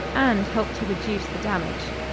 and help to reduce the damage.